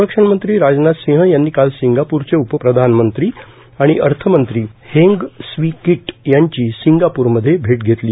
संरक्षणमंत्री राजनाथ सिंह यांनी काल सिंगाप्रचे उपप्रधानमंत्री आणि अर्थमंत्री हेंग स्वी कीट यांची सिंगाप्रमध्ये भेट घेतली